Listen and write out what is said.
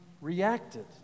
reacted